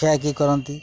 ଖିଆଖିଇ କରନ୍ତି